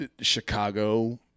Chicago